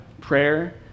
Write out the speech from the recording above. prayer